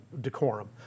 decorum